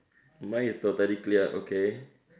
mine is totally clear okay